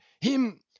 him